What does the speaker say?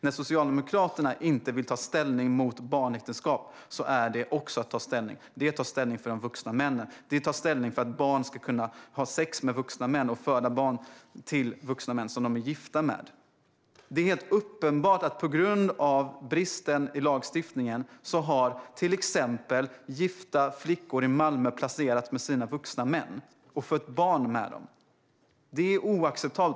När Socialdemokraterna inte vill ta ställning mot barnäktenskap är det också att ta ställning, nämligen för de vuxna männen. Det är att ta ställning för att barn ska kunna ha sex med vuxna män och föda barn till vuxna män som de är gifta med. Det är helt uppenbart att på grund av bristen i lagstiftningen har till exempel gifta flickor i Malmö placerats med sina vuxna män och fött deras barn. Det är oacceptabelt!